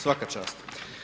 Svaka čast.